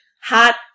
hot